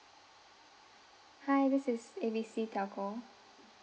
hi this is A B C telco